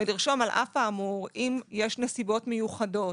ולרשום על אף האמור אם יש נסיבות מיוחדות